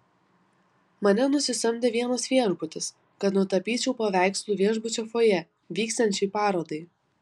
mane nusisamdė vienas viešbutis kad nutapyčiau paveikslų viešbučio fojė vyksiančiai parodai